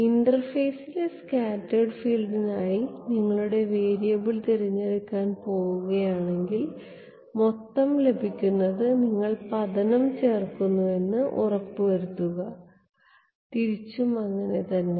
ഇന്റർഫേസിലെ scattered ഫീൽഡായി നിങ്ങൾ നിങ്ങളുടെ വേരിയബിൾ തിരഞ്ഞെടുക്കാൻ പോവുകയാണെങ്കിൽ മൊത്തം ലഭിക്കുന്നതിന് നിങ്ങൾ പതനം ചേർക്കുന്നുവെന്ന് ഉറപ്പുവരുത്തുക തിരിച്ചും അങ്ങനെതന്നെ